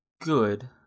good